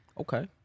Okay